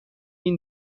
این